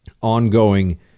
ongoing